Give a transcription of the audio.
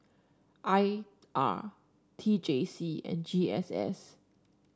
I R T J C and G S S